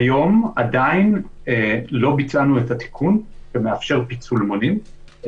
כיום עדיין לא ביצענו את התיקון שמאפשר פיצול מונים.